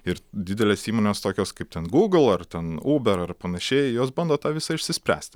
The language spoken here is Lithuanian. ir didelės įmonės tokios kaip ten google ar ten uber ar panašiai jos bando tą visą išsispręsti